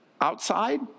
Outside